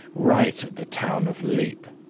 right at the town of lepe,